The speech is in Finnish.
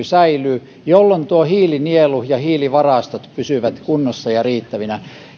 säilyy jolloin hiilinielu ja hiilivarastot pysyvät kunnossa ja riittävinä